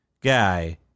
guy